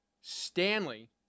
Stanley